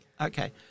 okay